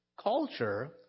culture